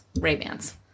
Ray-Ban's